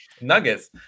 Nuggets